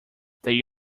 they